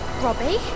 Robbie